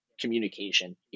communication